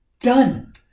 Done